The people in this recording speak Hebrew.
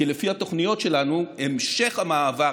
כי לפי התוכניות שלנו המשך המעבר